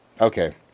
Okay